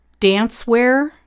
dancewear